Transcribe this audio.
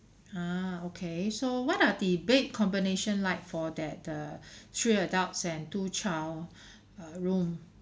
ah okay so what are the bed combination like for that the three adults and two child uh room